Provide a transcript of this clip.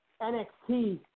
NXT